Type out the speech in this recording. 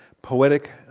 poetic